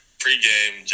pregame